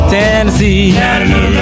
Tennessee